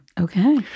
Okay